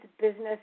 business